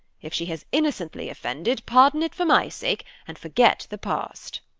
if she has innocently offended, pardon it for my sake, and forget the past.